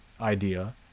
idea